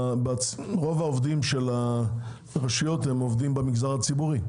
רוב עובדי הרשויות הם עובדים במגזר הציבורי,